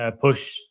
push